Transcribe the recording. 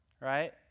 right